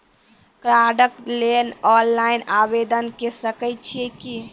कार्डक लेल ऑनलाइन आवेदन के सकै छियै की?